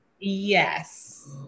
Yes